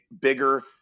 bigger